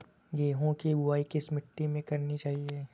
गेहूँ की बुवाई किस मिट्टी में करनी चाहिए?